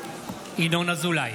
(קורא בשמות חברי הכנסת) ינון אזולאי,